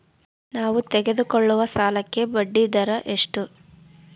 ನಾವು ತೆಗೆದುಕೊಳ್ಳುವ ಸಾಲಕ್ಕೆ ಬಡ್ಡಿದರ ಎಷ್ಟು?